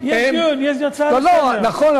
לא אמרתי לא לתת.